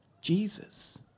Jesus